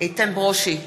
איתן ברושי,